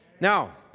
Now